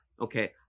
Okay